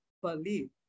believe